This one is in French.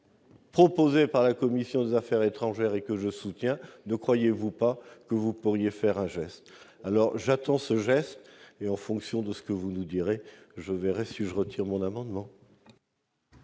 proposée par la commission des affaires étrangères et que je soutiens, vous pourriez faire un geste ? J'attends votre réponse ; en fonction de ce que vous nous direz, je verrai si je retire mon amendement.